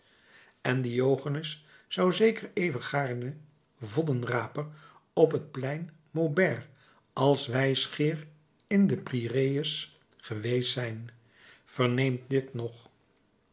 en diogenes zou zeker even gaarne voddenraper op het plein maubert als wijsgeer in den pireüs geweest zijn verneemt dit nog